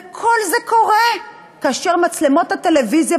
וכל זה קורה כאשר מצלמות הטלוויזיה,